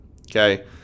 Okay